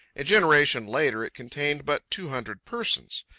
a generation later, it contained but two hundred persons.